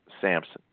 Samson